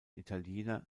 italiener